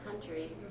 country